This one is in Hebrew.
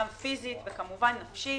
גם פיזית וכמובן נפשית.